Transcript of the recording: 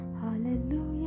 hallelujah